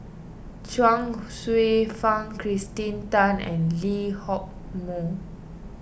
Chuang Hsueh Fang Kirsten Tan and Lee Hock Moh